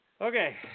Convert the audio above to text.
Okay